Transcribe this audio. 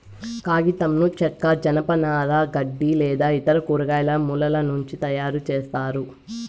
కాగితంను చెక్క, జనపనార, గడ్డి లేదా ఇతర కూరగాయల మూలాల నుంచి తయారుచేస్తారు